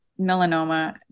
melanoma